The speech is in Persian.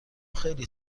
خیلی